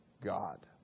God